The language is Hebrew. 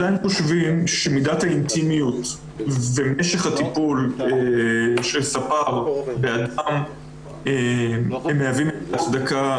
שמידת האינטימיות ומשך הטיפול של ספר באדם מהווים הצדקה